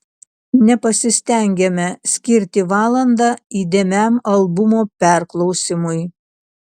nepasistengiame skirti valandą įdėmiam albumo perklausymui